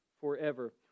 forever